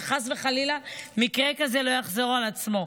שחס וחלילה מקרה כזה לא יחזור על עצמו.